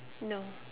no